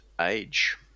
age